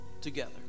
Together